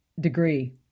degree